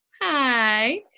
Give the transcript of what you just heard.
Hi